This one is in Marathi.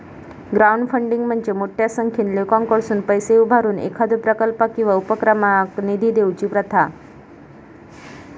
क्राउडफंडिंग म्हणजे मोठ्यो संख्येन लोकांकडसुन पैसा उभारून एखाद्यो प्रकल्पाक किंवा उपक्रमाक निधी देऊची प्रथा